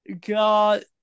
God